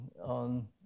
on